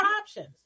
options